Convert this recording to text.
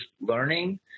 learning